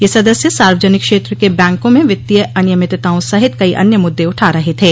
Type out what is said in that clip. यह सदस्य सार्वजनिक क्षेत्र के बैंकों में वित्तीय अनियमित्ताओं सहित कई अन्य मुद्दे उठा रहे थे